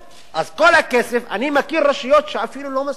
אז כל הכסף, אני מכיר רשויות שכל הכסף